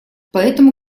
поэтому